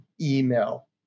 email